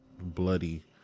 bloody